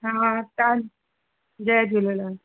हा तव्हां जय झूलेलाल